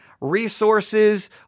resources